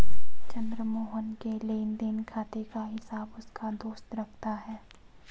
चंद्र मोहन के लेनदेन खाते का हिसाब उसका दोस्त रखता है